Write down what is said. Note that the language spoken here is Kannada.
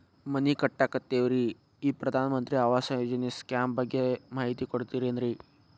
ಮನಿ ಕಟ್ಟಕತೇವಿ ರಿ ಈ ಪ್ರಧಾನ ಮಂತ್ರಿ ಆವಾಸ್ ಯೋಜನೆ ಸ್ಕೇಮ್ ಬಗ್ಗೆ ಮಾಹಿತಿ ಕೊಡ್ತೇರೆನ್ರಿ?